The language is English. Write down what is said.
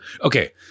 Okay